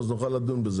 נוכל לדון בהן.